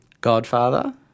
Godfather